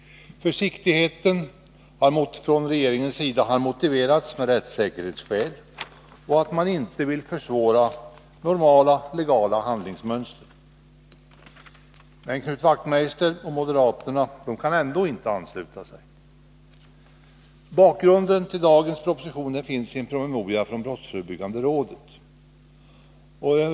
Försiktigheten från regeringens sida har motiverats med rättssäkerhetsskäl och att man inte vill försvåra normala legala handlingsmönster. Knut Wachtmeister och moderaterna kan ändå inte ansluta sig. Bakgrunden till dagens proposition finns i en promemoria från brottsförebyggande rådet.